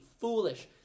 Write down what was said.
foolish